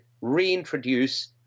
reintroduce